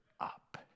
up